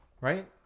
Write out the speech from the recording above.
right